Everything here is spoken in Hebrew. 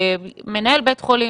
מנהל בית חולים,